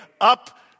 up